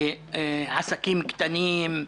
עסקים קטנים,